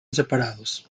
separados